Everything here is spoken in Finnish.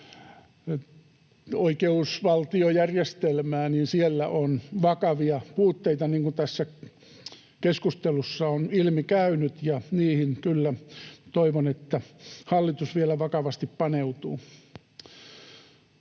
oikeusvaltiojärjestelmää — on vakavia puutteita, niin kuin tässä keskustelussa on ilmi käynyt, ja niihin kyllä toivon, että hallitus vielä vakavasti paneutuu.